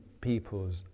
people's